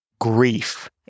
grief